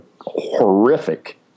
horrific